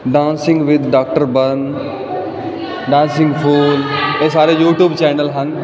dancing with doctor Varun dancing fool ਇਹ ਸਾਰੇ YouTube channel ਹਨ